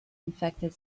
infected